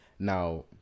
now